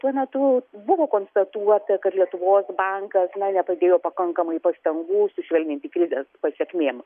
tuo metu buvo konstatuota kad lietuvos bankas na nepadėjo pakankamai pastangų sušvelninti krizės pasekmėm